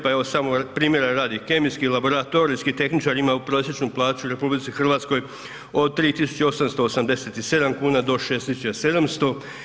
Pa evo, samo primjera radi, kemijski laboratorijski tehničar ima prosječnu plaću u RH od 3887 kn do 6700.